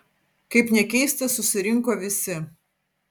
kaip nekeista susirinko visi